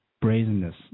brazenness